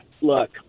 look